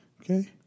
Okay